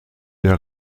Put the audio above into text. der